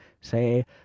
say